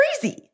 crazy